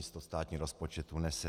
To státní rozpočet unese.